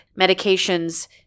medications